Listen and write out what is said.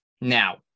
now